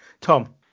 Tom